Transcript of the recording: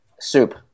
Soup